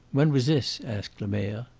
when was this? asked lemerre.